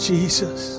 Jesus